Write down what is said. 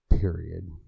Period